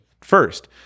First